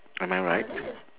am I right